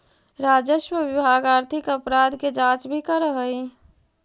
राजस्व विभाग आर्थिक अपराध के जांच भी करऽ हई